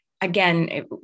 again